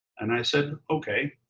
and i said, okay.